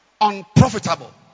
Unprofitable